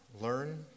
learn